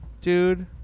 dude